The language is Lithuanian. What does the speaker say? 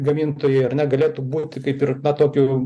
gamintojai ar ne galėtų būti kaip ir na tokiu